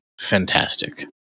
fantastic